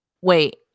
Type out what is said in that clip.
Wait